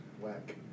whack